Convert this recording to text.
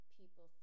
people